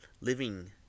living